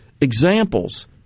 examples